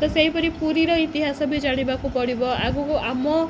ତ ସେହିପରି ପୁରୀର ଇତିହାସ ବି ଜାଣିବାକୁ ପଡ଼ିବ ଆଗକୁ ଆମ